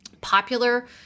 popular